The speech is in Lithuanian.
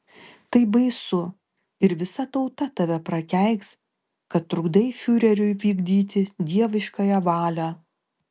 tai baisu ir visa tauta tave prakeiks kad trukdai fiureriui vykdyti dieviškąją valią